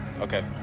Okay